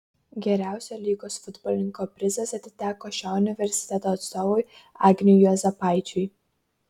geriausio lygos futbolininko prizas atiteko šio universiteto atstovui agniui juozapaičiui